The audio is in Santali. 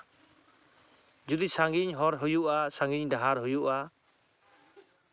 ᱡᱩᱫᱤ ᱥᱟᱺᱜᱤᱧ ᱦᱚᱨ ᱦᱩᱭᱩᱜᱼᱟ ᱥᱟᱺᱜᱤᱧ ᱰᱟᱦᱟᱨ ᱦᱩᱭᱩᱜᱼᱟ